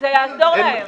זה יעזור להם.